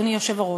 אדוני היושב-ראש,